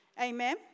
Amen